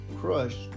crushed